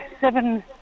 seven